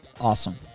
Awesome